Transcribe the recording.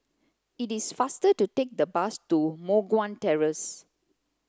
it is faster to take the bus to Moh Guan Terrace